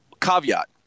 caveat